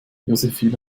josephine